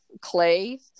clay